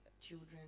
children